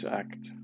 act